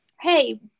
hey